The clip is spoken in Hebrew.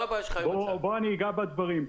אני אגע בדברים: